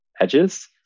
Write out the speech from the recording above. edges